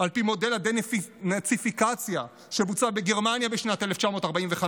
על פי מודל הדה-נאציפיקציה שבוצע בגרמניה בשנת 1945,